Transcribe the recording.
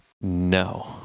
No